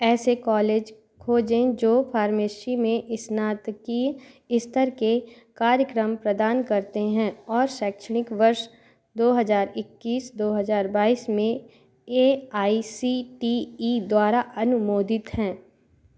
ऐसे कॉलेज खोजें जो फ़ार्मेसी में स्नातकीय स्तर के कार्यक्रम प्रदान करते हैं और शैक्षणिक वर्ष दो हजार इक्कीस दो हजार बाईस में A I C T E द्वारा अनुमोदित हैं